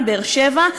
מבאר-שבע,